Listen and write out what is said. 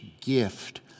gift